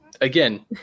Again